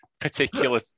particular